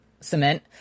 cement